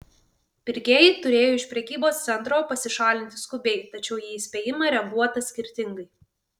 pirkėjai turėjo iš prekybos centro pasišalinti skubiai tačiau į įspėjimą reaguota skirtingai